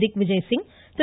Digvijay Singh Thiru